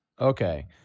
Okay